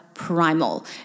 Primal